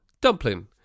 Dumpling